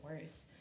worse